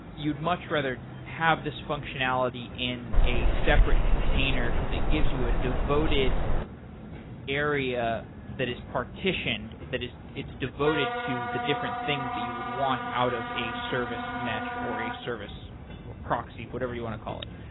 you'd much rather have this functionality in a separate container because it gives you a devoted area that is partitioned, that is it's devoted to the different things that you would want out of a service mesh or a service, or proxy. whatever you want to call it.